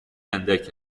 اندک